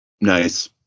nice